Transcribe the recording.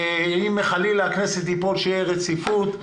אם חלילה הכנסת תיפול שתהיה רציפות.